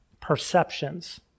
perceptions